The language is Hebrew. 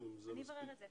אתם צריכים להתבייש.